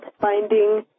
finding